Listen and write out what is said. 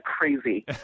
crazy